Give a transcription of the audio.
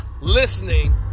listening